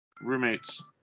roommates